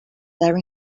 their